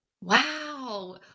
Wow